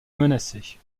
menacée